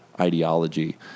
ideology